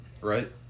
right